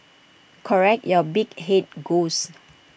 correct your big Head ghost